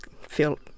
feel